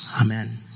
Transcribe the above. Amen